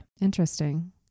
Interesting